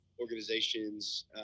organizations